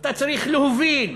אתה צריך להוביל,